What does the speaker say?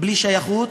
בלי שייכות,